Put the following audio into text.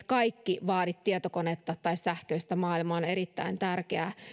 kaikki tietokonetta tai sähköistä maailmaa on erittäin tärkeää